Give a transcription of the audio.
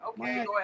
Okay